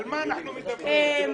על מה אנחנו מדברים?